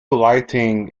lighting